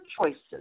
choices